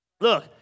Look